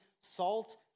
salt